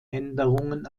änderungen